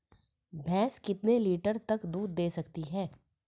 भैंस कितने लीटर तक दूध दे सकती है?